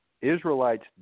Israelites